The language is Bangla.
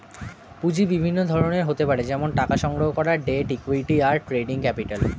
পুঁজি বিভিন্ন ধরনের হতে পারে যেমন টাকা সংগ্রহণ করা, ডেট, ইক্যুইটি, আর ট্রেডিং ক্যাপিটাল